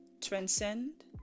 transcend